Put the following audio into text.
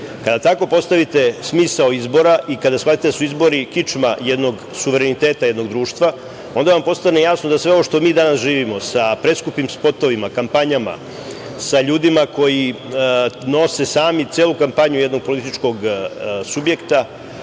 tako postavite smisao izbora i kada shvatite da su izbori kičma suvereniteta jednog društva, onda vam postane jasno da sve ono što mi danas živimo, sa preskupim spotovima, kampanjama, sa ljudima koji nose sami celu kampanju jednog političkog subjekta,